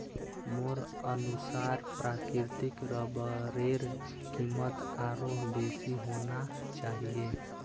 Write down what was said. मोर अनुसार प्राकृतिक रबरेर कीमत आरोह बेसी होना चाहिए